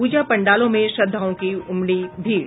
पूजा पंडालों में श्रद्धालुओं की उमड़ी भीड़